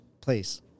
place